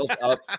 up